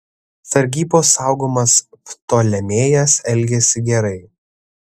sargybos saugomas ptolemėjas elgėsi gerai